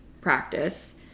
practice